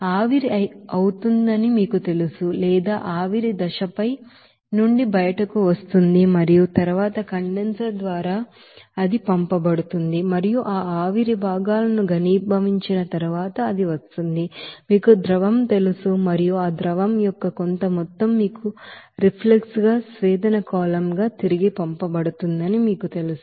ఆవిరి అవుతుందని మీకు తెలుసు లేదా ఆవిరి దశ పై నుండి బయటకు వస్తుంది మరియు తరువాత కండెన్సర్ ద్వారా అది పంపబడుతుంది మరియు ఆ ఆవిరి భాగాలను కండెన్సచేయబడిన తరువాత అది వస్తుంది మీకు ద్రవం తెలుసు మరియు ఆ ద్రవం యొక్క కొంత మొత్తం మీకు రిఫ్లక్స్ గా డిస్టిలేషన్ కాలమ్ గా తిరిగి పంపబడుతుందని మీకు తెలుసు